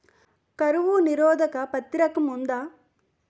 కరువు నిరోధక పత్తి రకం ఉందా?